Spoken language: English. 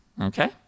Okay